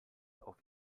auf